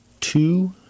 two